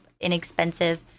inexpensive